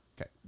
Okay